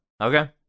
Okay